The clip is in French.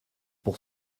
pour